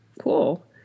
Cool